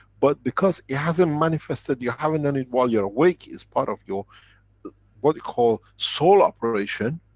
but because it hasn't manifested, you haven't done it while you're awake, it's part of your what you call soul operation,